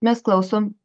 mes klausom